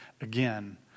again